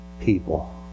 people